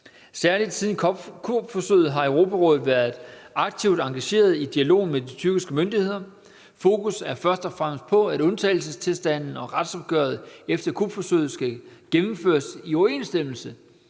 Særligt siden kupforsøget har Europarådet været aktivt engageret i dialogen med de tyrkiske myndigheder. Fokus er først og fremmest på, at undtagelsestilstanden og retsopgøret efter kupforsøget skal gennemføres i overensstemmelse